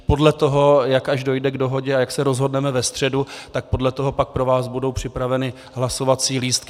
Podle toho, jak až dojde k dohodě, jak se rozhodneme ve středu, tak podle toho pak pro vás budou připraveny hlasovací lístky.